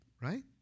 right